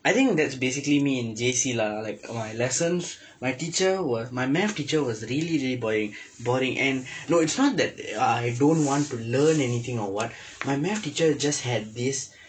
I think that's basically me in J_C lah like my lessons my teacher was my math teacher was really really boring boring and no it's not that I don't want to learn anything or what my math teacher just had this